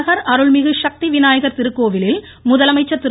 நகர் அருள்மிகு சக்தி விநாயகர் திருக்கோவிலில் முதலமைச்சர் திரு